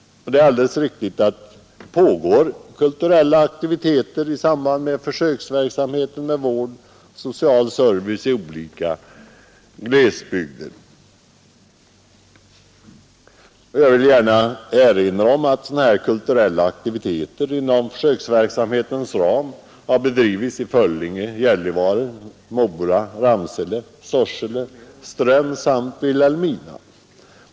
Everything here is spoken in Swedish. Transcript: Det är alldeles riktigt att det pågår kulturella aktiviteter i samband med försöksverksamheten när det gäller vård och social service i olika glesbygder. Jag vill gärna erinra om att sådana här kulturella aktiviteter inom försöksverksamheten har förekommit i Föllinge, Gällivare, Mora, Ramsele, Sorsele, Ström samt Vilhelmina.